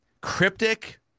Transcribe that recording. Cryptic